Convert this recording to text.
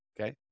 Okay